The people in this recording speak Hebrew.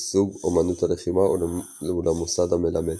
לסוג אמנות הלחימה ולמוסד המלמד.